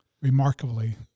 remarkably